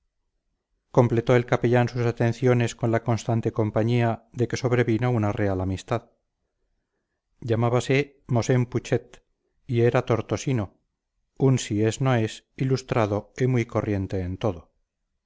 completó el capellán sus atenciones con la constante compañía de que sobrevino una real amistad llamábase mosén putxet y era tortosino un si es no es ilustrado y muy corriente en todo